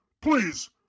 Please